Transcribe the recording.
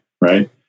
right